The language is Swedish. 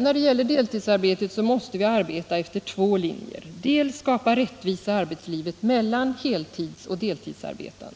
När det gäller deltidsarbetet måste vi arbeta efter två linjer: För det första måste vi skapa rättvisa i arbetslivet mellan heltidsoch deltidsarbetande.